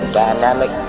dynamic